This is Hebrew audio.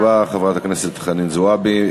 תודה רבה, חברת הכנסת חנין זועבי.